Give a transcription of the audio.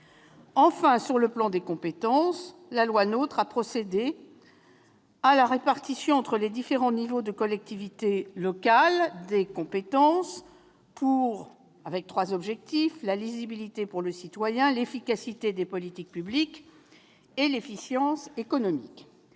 Enfin, sur le plan des compétences, la loi NOTRe a procédé à la répartition entre les différents niveaux de collectivités pour répondre à trois objectifs : la lisibilité pour le citoyen, l'efficacité des politiques publiques et l'efficience économique.